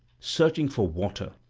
searching for water,